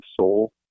soul